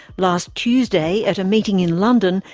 last tuesday at a meeting in london,